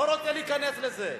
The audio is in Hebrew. לא רוצה להיכנס לזה.